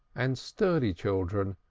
and sturdy children,